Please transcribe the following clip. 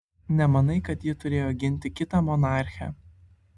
nemanai kad ji turėjo ginti kitą monarchę